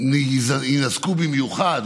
שיינזקו במיוחד.